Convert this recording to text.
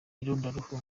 irondaruhu